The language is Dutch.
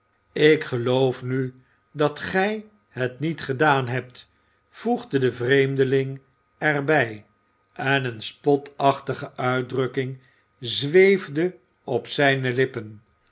ik geloof nu dat gij het niet gedaan hebt voegde de vreemde ing er bij en een spotach ige uitdrukking zweefde op zijne lippen